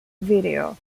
video